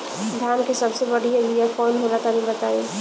धान के सबसे बढ़िया बिया कौन हो ला तनि बाताई?